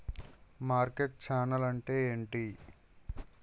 Market channel అంటే ఏంటి?